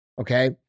okay